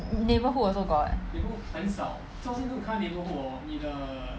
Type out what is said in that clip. neighbourhood also got